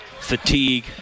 fatigue